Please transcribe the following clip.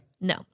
No